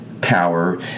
power